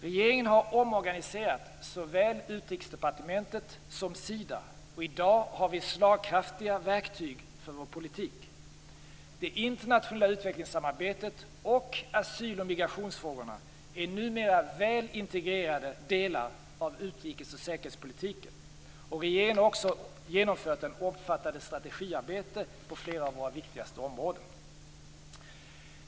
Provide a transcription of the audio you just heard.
Regeringen har omorganiserat såväl Utrikesdepartementet som Sida. I dag har vi slagkraftiga verktyg för vår politik. Det internationella utvecklingssamarbetet och asyl och migrationsfrågorna är numera väl integrerade delar av utrikes och säkerhetspolitiken. Regeringen har också genomfört ett omfattande strategiarbete på flera av våra viktigaste områden.